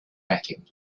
backing